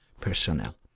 personnel